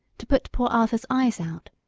to put poor arthur's eyes out,